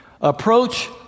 approach